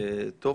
טוב.